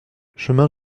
chemin